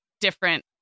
different